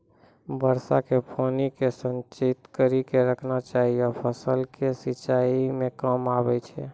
वर्षा के पानी के संचित कड़ी के रखना चाहियौ फ़सल के सिंचाई मे काम आबै छै?